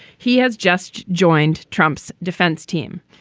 he has just joined trump's defense team.